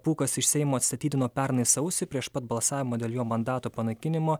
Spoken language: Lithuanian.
pūkas iš seimo atsistatydino pernai sausį prieš pat balsavimą dėl jo mandato panaikinimo